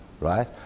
right